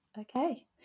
Okay